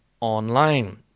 online